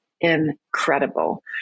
incredible